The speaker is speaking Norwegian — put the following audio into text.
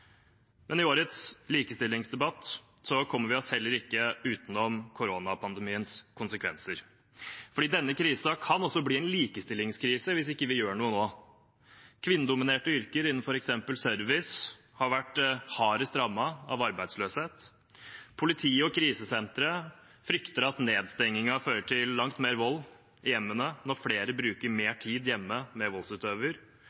I årets likestillingsdebatt kommer vi oss heller ikke utenom koronapandemiens konsekvenser, for denne krisen kan også bli en likestillingskrise hvis ikke vi gjør noe nå. Kvinnedominerte yrker innenfor f.eks. service har vært hardest rammet av arbeidsløshet. Politi og krisesentre frykter at nedstengingen fører til langt mer vold i hjemmene når flere bruker